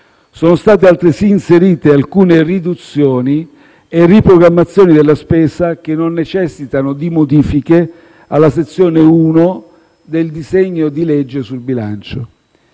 Sono state, altresì, inserite alcune riduzioni e riprogrammazioni della spesa che non necessitano di modifiche alla sezione 1 del disegno di legge sul bilancio.